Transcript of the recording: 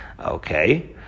Okay